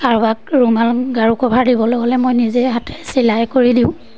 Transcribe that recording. কাৰোবাক ৰুমাল গাৰু কভাৰ দিবলৈ হ'লে মই নিজেই হাতেৰে চিলাই কৰি দিওঁ